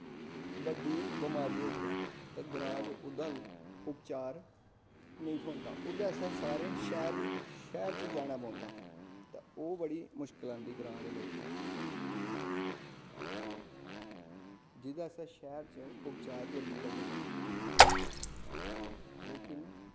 कोई बड्डी बमारी होई जाऽ तां ग्रांऽ च ओह्दा उपचार नेईं थ्होंदा ओह्दे आस्तै सारें शैह्र च जाना पौंदा ते ओह् जेह्ड़ी मुश्कल आंदे ग्रांऽ दे लोकें गी जेह्दै आस्तै शैह्र च उपचार जल्दी लब्भी जंदा लेकिन